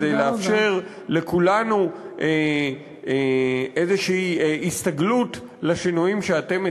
וכדי לאפשר לכולנו איזושהי הסתגלות לשינויים שאתם מציעים?